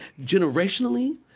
generationally